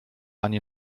ani